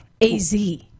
Az